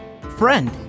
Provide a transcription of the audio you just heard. friend